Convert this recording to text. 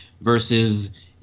versus